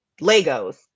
Legos